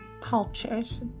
cultures